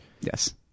Yes